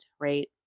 right